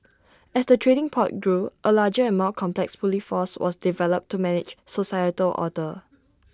as the trading port grew A larger and more complex Police force was developed to manage societal order